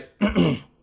right